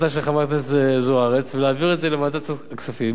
אוספת נתונים, סטטיסטיקות, וקובעת מה רמת הסיכון.